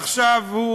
עכשיו,